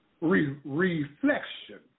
reflection